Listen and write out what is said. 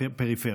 ובפריפריה.